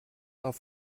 auf